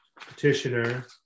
petitioner